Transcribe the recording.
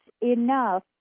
enough